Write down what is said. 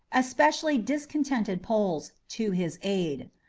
especially discontented poles, to his aid.